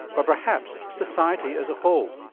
but perhaps society as a whole.